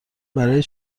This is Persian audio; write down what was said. برای